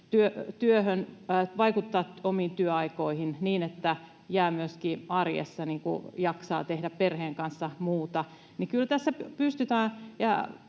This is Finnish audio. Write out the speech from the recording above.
vaikuttamaan omiin työaikoihinsa niin, että myöskin jaksaa tehdä arjessa perheen kanssa muuta. Kyllä tässä pystytään